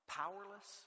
powerless